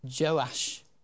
Joash